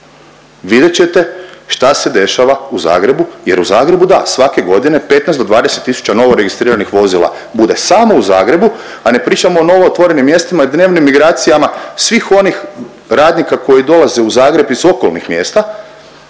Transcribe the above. vidjet ćete šta se dešava u Zagrebu jer u Zagrebu da svake godine 15 do 20 tisuća novoregistriranih vozila bude samo u Zagrebu, a ne pričamo o novootvorenim mjestima i dnevnim migracijama svih onih radnika koji dolaze u Zagreb iz okolnih mjesta.